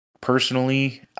personally